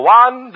one